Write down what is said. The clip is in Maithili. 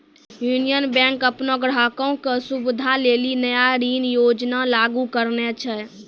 यूनियन बैंक अपनो ग्राहको के सुविधा लेली नया ऋण योजना लागू करने छै